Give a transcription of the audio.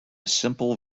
simple